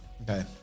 Okay